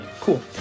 Cool